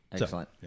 Excellent